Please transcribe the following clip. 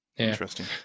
Interesting